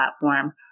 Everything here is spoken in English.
platform